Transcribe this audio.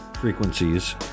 frequencies